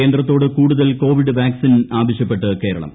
കേന്ദ്രത്തോട് കൂടുതൽ COVID vaccine ആവശ്യപ്പെട്ട് കേരളം